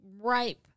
ripe